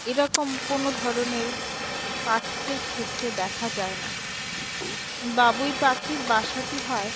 এরকম কোনো ধরনের পাখিদের ক্ষেত্রে দেখা যায় না বাবুই পাখির বাসাটি হয়